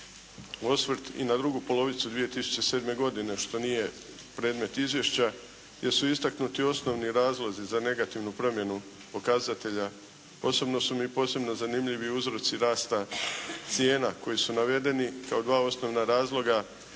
u osvrt i na drugu polovicu 2007. godine što nije predmet izvješća gdje su istaknuti osnovni razlozi za negativnu promjenu pokazatelja posebno su mi posebno zanimljivi uzroci rasta cijena koji su navedeni. Kao dva osnovna razloga,